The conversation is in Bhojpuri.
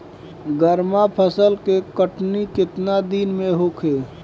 गर्मा फसल के कटनी केतना दिन में होखे?